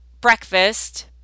breakfast